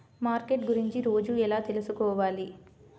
Market గురించి రోజు ఎలా తెలుసుకోవాలి?